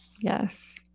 yes